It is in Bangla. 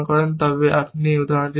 তবে আপনি এই উদাহরণটি পাবেন